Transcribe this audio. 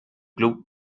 club